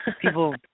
people